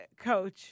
coach